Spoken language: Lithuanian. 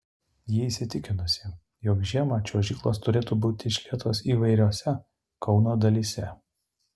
ji įsitikinusi jog žiemą čiuožyklos turėtų būti išlietos įvairiose kauno dalyse